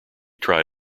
try